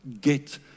Get